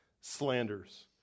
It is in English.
slanders